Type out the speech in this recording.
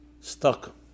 stuck